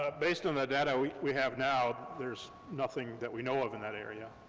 based on the data we we have now, there's nothing that we know of in that area.